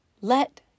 Let